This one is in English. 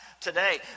today